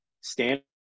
stand